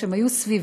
הם היו סביבנו,